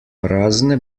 prazne